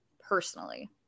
Personally